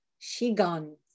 Shigan